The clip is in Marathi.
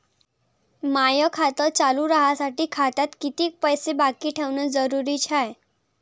माय खातं चालू राहासाठी खात्यात कितीक पैसे बाकी ठेवणं जरुरीच हाय?